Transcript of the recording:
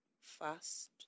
fast